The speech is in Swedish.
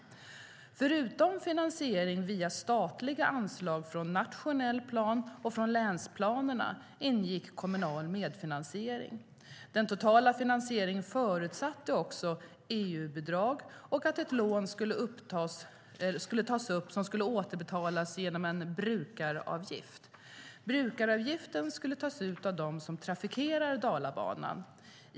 Förutom finansiering via statliga anslag från nationell plan och från länsplanerna ingick kommunal medfinansiering. Den totala finansieringen förutsatte också EU-bidrag och att ett lån skulle tas upp som skulle återbetalas genom en brukaravgift. Brukaravgiften skulle tas ut av dem som trafikerar Dalabanan.